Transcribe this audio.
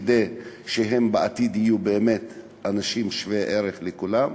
כדי שבעתיד הם יהיו באמת אנשים שווי ערך לכולם,